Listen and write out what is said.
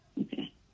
okay